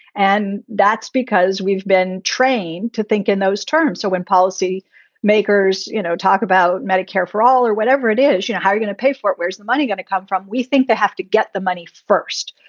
and that's because we've been trained to think in those terms. so when policy makers, you know, talk about medicare for all or whatever it is, you know, how are you gonna pay for it? where's the money going to come from? we think they have to get the money first.